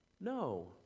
No